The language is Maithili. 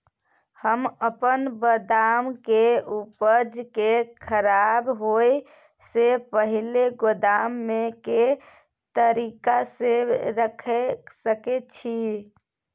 हम अपन बदाम के उपज के खराब होय से पहिल गोदाम में के तरीका से रैख सके छी?